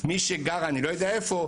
ומי שגר במקום מרוחק?